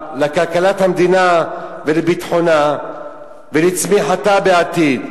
לכלכלת המדינה ולביטחונה ולצמיחתה בעתיד.